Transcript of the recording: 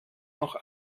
noch